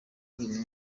uyu